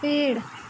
पेड़